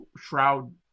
shroud